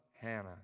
Hannah